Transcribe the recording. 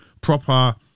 proper